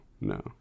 No